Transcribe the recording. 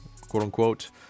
quote-unquote